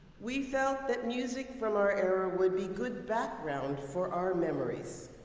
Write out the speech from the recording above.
we felt that music from our era would be good background for our memories,